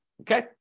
okay